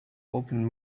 open